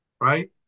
right